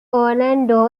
orlando